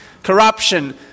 Corruption